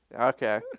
okay